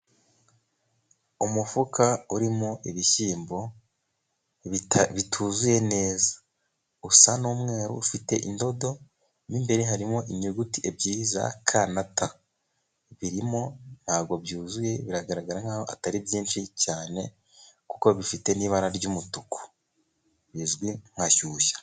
Umufuka urimo ibishyimbo bituzuye neza. Usa n'umweru ufite indodo imbere. Harimo inyuguti ebyiri za k na t. Birimo nta bwo byuzuye. biragaragara nk'aho atari byinshi cyane, kuko bifite n'ibara ry'umutuku bizwi nka shyushya.